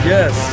Yes